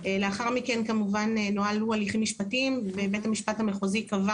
לאחר מכן כמובן נוהלו הליכים משפטיים ובית המשפט המחוזי קבע